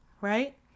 right